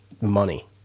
money